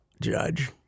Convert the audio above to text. Judge